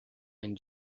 and